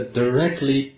directly